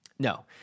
No